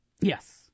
Yes